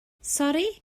sori